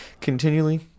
continually